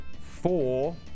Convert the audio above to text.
four